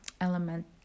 element